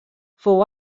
fou